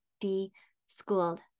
de-schooled